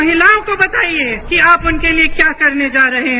महिलाओं को बताइए कि आप उनके लिए क्या करने जा रहे हैं